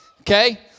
Okay